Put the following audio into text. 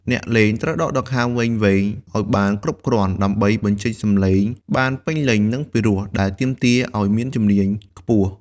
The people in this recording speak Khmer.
អ្នកលេងត្រូវដកដង្ហើមវែងៗ ឱ្យបានគ្រប់គ្រាន់ ដើម្បីបញ្ចេញសំឡេងបានពេញលេញ និងពីរោះ ដែលទាមទារឲ្យមានជំនាញខ្ពស់។